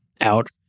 out